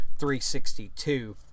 362